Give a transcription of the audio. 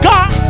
God